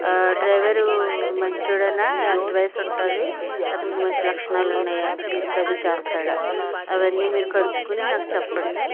driver మంచి వాడేన ఎంత వయసు ఉంటుంది అతనికి మంచి లక్షణాలు ఉన్నాయా డ్రింక్ అది చేస్తాడా అవన్నీ మీరు కనుక్కొని నాకు చెప్పండి